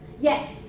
Yes